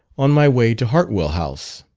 on my way to hartwell house.